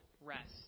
rest